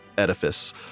Edifice